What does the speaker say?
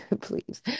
please